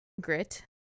grit